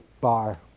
bar